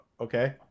Okay